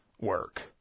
work